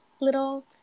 little